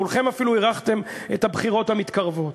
כולכם אפילו הרחתם את הבחירות המתקרבות.